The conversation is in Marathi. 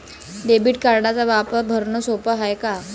डेबिट कार्डचा वापर भरनं सोप हाय का?